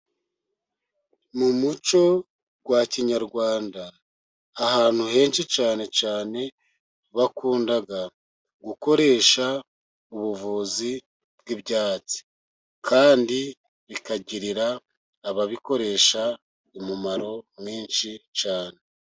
Mu muco wa kinyarwanda ahantu henshi cyane cyane bakunda gukoresha ubuvuzi bw'ibyatsi, kandi bikagirira ababikoresha umumaro mwinshi cyane.